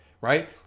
right